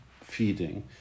feeding